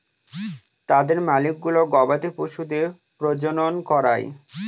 তাদের মালিকগুলো গবাদি পশুদের প্রজনন করায়